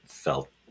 felt